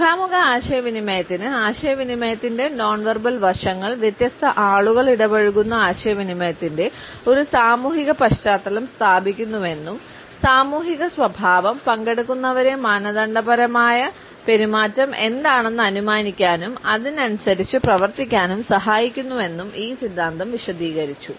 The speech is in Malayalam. മുഖാമുഖ ആശയവിനിമയത്തിന് ആശയവിനിമയത്തിന്റെ നോൺ വെർബൽ വശങ്ങൾ വ്യത്യസ്ത ആളുകൾ ഇടപഴകുന്ന ആശയവിനിമയത്തിന്റെ ഒരു സാമൂഹിക പശ്ചാത്തലം സ്ഥാപിക്കുന്നുവെന്നും സാമൂഹിക സ്വഭാവം പങ്കെടുക്കുന്നവരെ മാനദണ്ഡപരമായ പെരുമാറ്റം എന്താണെന്ന് അനുമാനിക്കാനും അതിനനുസരിച്ച് പ്രവർത്തിക്കാനും സഹായിക്കുന്നു എന്നും ഈ സിദ്ധാന്തം വിശദീകരിച്ചു